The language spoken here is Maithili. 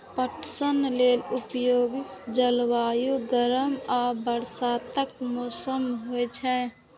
पटसन लेल उपयुक्त जलवायु गर्मी आ बरसातक मौसम होइ छै